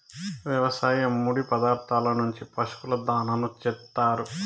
వ్యవసాయ ముడి పదార్థాల నుంచి పశువుల దాణాను చేత్తారు